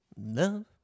love